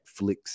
netflix